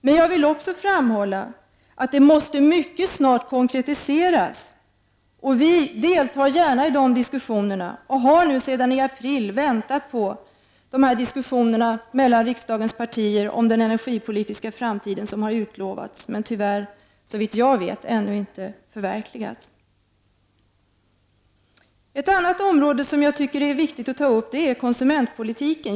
Men jag vill också framhålla att det mycket snart måste konkretiseras. Och vi deltar gärna i dessa diskussioner. Vi har sedan i april väntat på de diskussioner som har utlovats mellan riksdagens partier om den energipolitiska framtiden. Men, såvitt jag vet, har dessa tyvärr ännu inte förverkligats. Ett annat område som jag tycker att det är viktigt att ta upp är konsumentpolitiken.